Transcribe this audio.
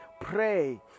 pray